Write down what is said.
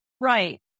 right